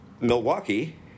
Milwaukee